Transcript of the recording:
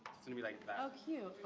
it's gonna be like that. oh, cute.